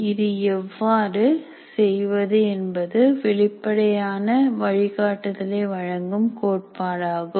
இது எவ்வாறு செய்வது என்பதற்கு வெளிப்படையான வழிகாட்டுதலை வழங்கும் கோட்பாடாகும்